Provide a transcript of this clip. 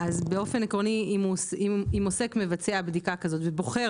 באופן עקרוני אם עוסק מבצע בדיקה כזאת ובוחר